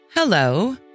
Hello